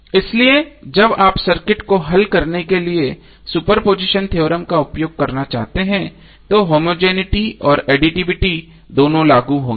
इसलिए जब आप सर्किट को हल करने के लिए सुपरपोजिशन थ्योरम का उपयोग करना चाहते हैं तो होमोजेनििटी और एडिटिविटी दोनों लागू होंगे